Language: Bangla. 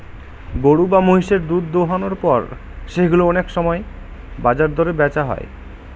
গরু বা মহিষের দুধ দোহানোর পর সেগুলো অনেক সময় বাজার দরে বেচা হয়